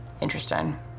Interesting